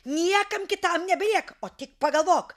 niekam kitam nelieka o tik pagalvok